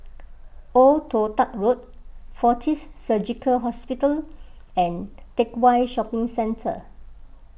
Old Toh Tuck Road Fortis Surgical Hospital and Teck Whye Shopping Centre